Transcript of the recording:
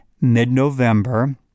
mid-November